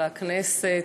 חברי הכנסת,